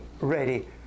ready